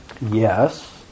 Yes